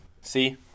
See